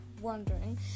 wondering